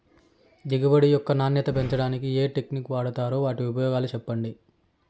దిగుబడి యొక్క నాణ్యత పెంచడానికి ఏ టెక్నిక్స్ వాడుతారు వాటి ఉపయోగాలు ఏమిటి?